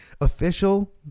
Official